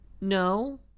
no